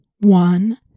One